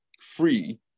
free